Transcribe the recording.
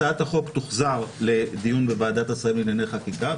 הצעת החוק תוחזר לדיון בוועדת השרים לענייני חקיקה,